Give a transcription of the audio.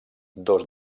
dos